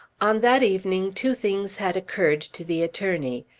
on that evening two things had occurred to the attorney.